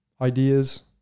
ideas